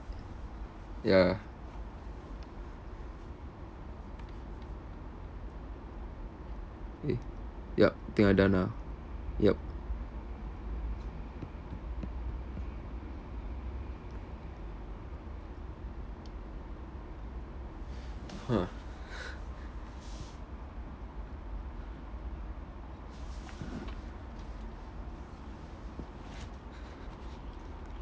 ya eh yup I think I done ah yup !huh!